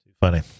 funny